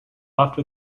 after